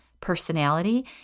personality